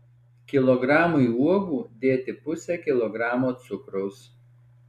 kilogramui uogų dėti pusę kilogramo cukraus